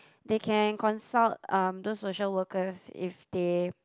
they can consult um those social workers if they